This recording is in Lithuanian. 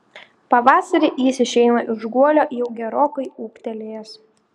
pavasarį jis išeina iš guolio jau gerokai ūgtelėjęs